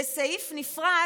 בסעיף נפרד,